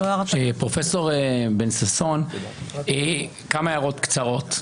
פרופ' בן ששון, כמה הערות קצרות.